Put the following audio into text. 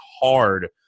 hard